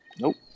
Nope